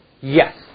Yes